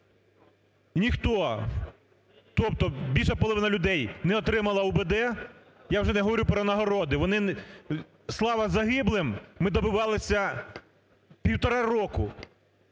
Ніхто, тобто більша половина людей, не отримали УБД, я вже не говорю про нагороди, вони… "Слава загиблим!" ми добивалися півтора року,